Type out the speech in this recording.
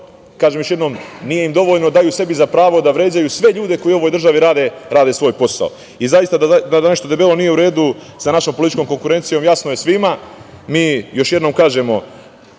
kažem još jednom, nije im dovoljno, daju sebi za pravo da vređaju sve ljude koji u ovoj državi rade svoj posao. Zaista, da nešto debelo nije u redu sa našom političkom konkurencijom jasno je svima. Mi, još jednom kažemo,